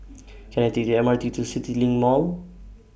Can I Take The M R T to CityLink Mall